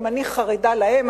גם אני חרדה להם.